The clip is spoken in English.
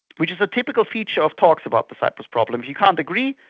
which is a typical feature of talks about the cyprus problem. if you can't agree,